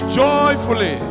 joyfully